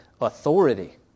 authority